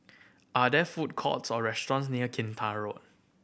are there food courts or restaurants near Kinta Road